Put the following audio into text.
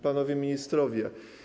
Panowie Ministrowie!